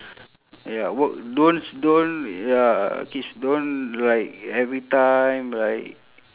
ya work don't s~ don't ya don't like every time like